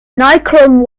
nichrome